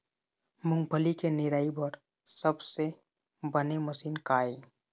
मूंगफली के निराई बर सबले बने मशीन का ये?